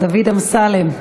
דוד אמסלם.